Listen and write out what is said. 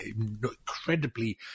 Incredibly